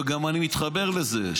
וגם אני מתחבר לזה,